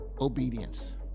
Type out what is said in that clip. Obedience